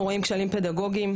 אנחנו רואים כשלים פדגוגיים,